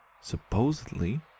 supposedly